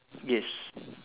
yes